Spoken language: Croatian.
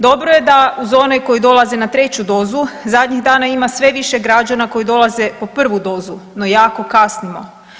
Dobro je da uz one koji dolaze na treću dozu, zadnjih dana ima sve više građana koji dolaze po prvu dozu, no jako kasnimo.